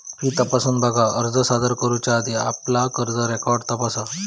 fee तपासून बघा, अर्ज सादर करुच्या आधी आपला कर्ज रेकॉर्ड तपासा